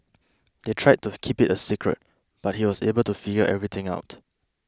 they tried to keep it a secret but he was able to figure everything out